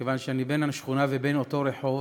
כיוון שאני בן השכונה ובן אותו רחוב.